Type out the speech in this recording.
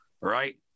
right